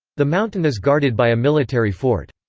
the mountain is guarded by a military fort.